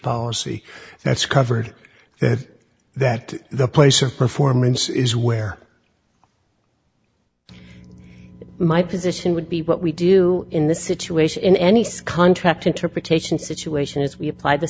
policy that's covered that that the place of performance is where my position would be what we do in this situation in any sconce tract interpretation situation as we apply the